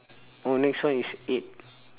oh next one is eight